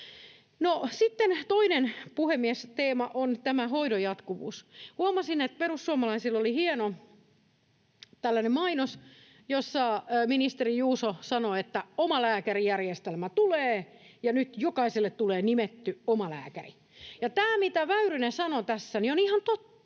toinen teema on tämä hoidon jatkuvuus. Huomasin, että perussuomalaisilla oli hieno tällainen mainos, jossa ministeri Juuso sanoi, että omalääkärijärjestelmä tulee ja nyt jokaiselle tulee nimetty omalääkäri. [Mauri Peltokangas: Eikös se ole hienoa!]